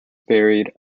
buried